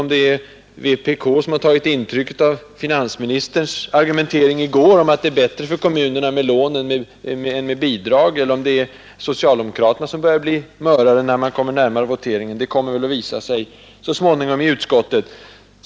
Om vpk har tagit intryck av finansministerns argumentering i går att det är bättre för kommunerna med lån än med bidrag, eller om socialdemokraterna börjar bli mörare, när voteringen närmar sig, kommer väl att visa sig så småningom i utskottet.